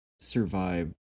survive